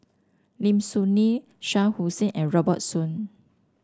Lim Soo Ngee Shah Hussain and Robert Soon